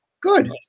Good